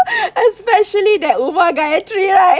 especially that umah gaithry right